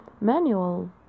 manual